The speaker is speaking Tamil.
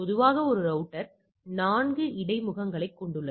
பொதுவாக ஒரு ரவுட்டர் 4 இடைமுகங்களைக் கொண்டுள்ளது